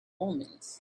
omens